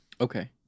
Okay